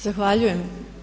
Zahvaljujem.